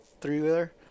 three-wheeler